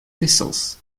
thistles